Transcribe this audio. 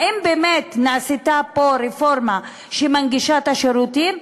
האם באמת נעשתה פה רפורמה שמנגישה את השירותים?